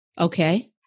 Okay